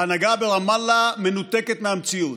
ההנהגה ברמאללה מנותקת מהמציאות.